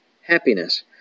happiness